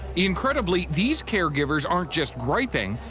incredibly, these care givers aren't just griping.